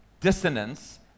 dissonance